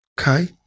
Okay